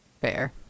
Fair